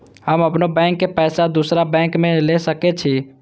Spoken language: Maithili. हम अपनों बैंक के पैसा दुसरा बैंक में ले सके छी?